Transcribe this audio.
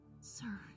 Sir